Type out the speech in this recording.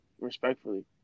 respectfully